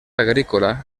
agrícola